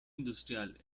industrial